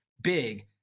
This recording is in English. big